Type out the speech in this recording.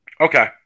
Okay